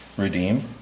Redeem